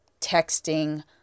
texting